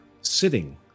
sitting